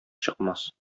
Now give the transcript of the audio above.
чыкмас